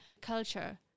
culture